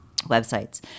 websites